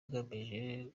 igamije